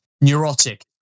Neurotic